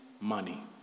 money